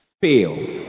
fail